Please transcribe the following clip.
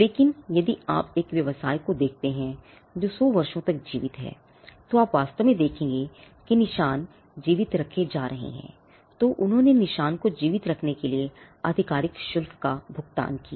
लेकिन यदि आप एक व्यवसाय को देखते हैं जो 100 वर्षों तक जीवित है और आप वास्तव में देखेंगे कि निशान जीवित रखे जा रहे हैं तो उन्होंने निशान को जीवित रखने के लिए आधिकारिक शुल्क का भुगतान किया